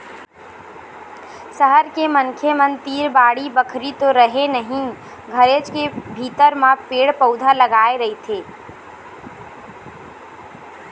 सहर के मनखे मन तीर बाड़ी बखरी तो रहय नहिं घरेच के भीतर म पेड़ पउधा लगाय रहिथे